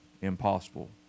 impossible